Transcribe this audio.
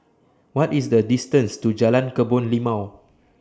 What IS The distance to Jalan Kebun Limau